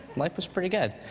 life was pretty good.